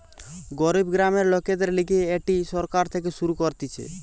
গরিব গ্রামের লোকদের লিগে এটি সরকার থেকে শুরু করতিছে